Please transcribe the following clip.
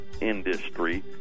industry